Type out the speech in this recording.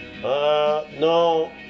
no